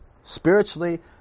spiritually